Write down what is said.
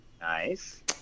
Nice